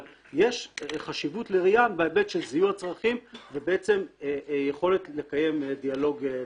אבל יש חשיבות לריאן בהיבט של זיהוי הצרכים ובעצם יכולת לקיים דיאלוג.